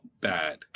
bad